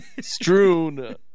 strewn